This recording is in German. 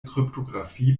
kryptographie